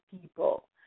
people